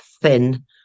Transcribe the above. thin